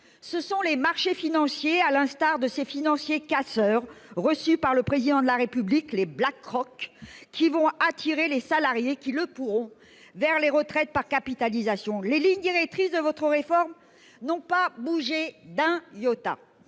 sont les marchés financiers, à l'instar de ces financiers casseurs reçus par le Président de la République- les BlackRock -qui attireront les salariés qui en seront capables vers les retraites par capitalisation. Les lignes directrices de votre réforme n'ont pas bougé d'un iota.